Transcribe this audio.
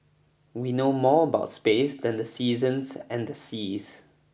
we know more about space than the seasons and the seas